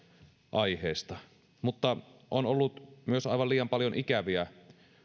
aiheesta mutta on ollut myös aivan liian paljon ikäviä